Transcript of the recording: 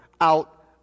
out